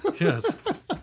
Yes